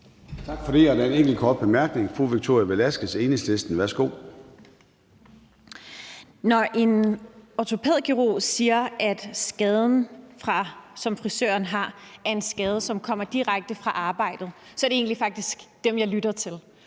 Tak for det, og der er en enkelt kort bemærkning. Fru Victoria Velasquez, Enhedslisten. Værsgo. Kl. 11:10 Victoria Velasquez (EL): Når en ortopædkirurg siger, at skaden, som frisøren har, er en skade, som kommer direkte fra arbejdet, er det faktisk vedkommende, jeg lytter til.